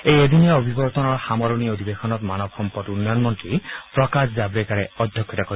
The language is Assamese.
এই এদিনীয়া অভিৱৰ্তনৰ সামৰণি অধিৱেশনত মানৱ সম্পদ উন্নয়ন মন্ত্ৰী প্ৰকাশ জাহেকাৰে অধ্যক্ষতা কৰিব